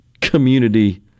community